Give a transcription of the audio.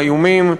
האיומים,